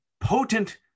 potent